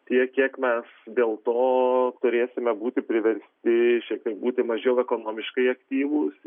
tiek kiek mes dėl to turėsime būti priversti šiek tiek būti mažiau ekonomiškai aktyvūs